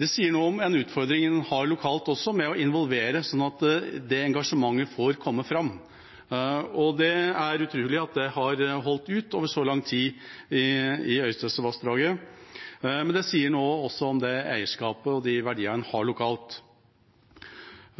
Det sier også noe om utfordringen en har lokalt med å involvere slik at det engasjementet får komme fram, og det er utrolig at det har holdt seg i så lang tid i Øystesevassdraget. Men det sier også noe om det eierskapsforholdet og de verdiene en har lokalt.